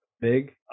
big